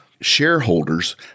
shareholders